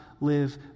live